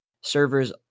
servers